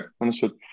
understood